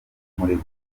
umurego